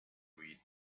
read